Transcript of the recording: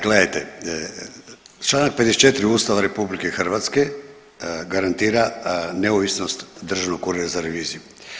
Gledajte, čl. 54 Ustava RH garantira neovisnost Državnog ureda za reviziju.